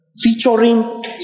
Featuring